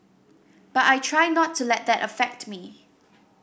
but I try not to let that affect me